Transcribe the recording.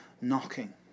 knocking